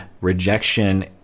rejection